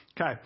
Okay